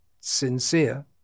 sincere